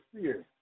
fear